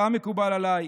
גם מקובל עליי.